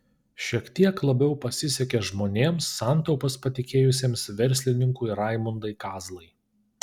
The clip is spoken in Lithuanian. šiek tiek labiau pasisekė žmonėms santaupas patikėjusiems verslininkui raimundui kazlai